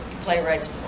playwrights